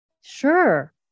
Sure